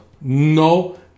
No